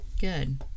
Good